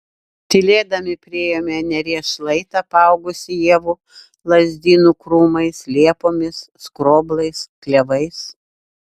tylėdami priėjome neries šlaitą apaugusį ievų lazdynų krūmais liepomis skroblais klevais